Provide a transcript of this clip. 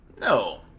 no